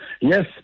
Yes